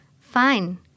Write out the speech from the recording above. Fine